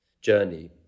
journey